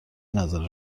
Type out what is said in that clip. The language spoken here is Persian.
نظر